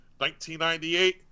1998